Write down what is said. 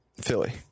Philly